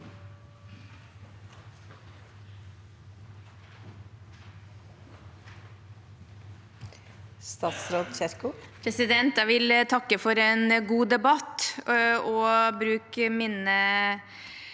Jeg vil takke for en god debatt og bruke